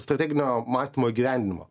strateginio mąstymo įgyvendinimo